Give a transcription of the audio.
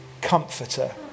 comforter